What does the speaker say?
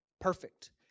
perfect